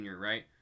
right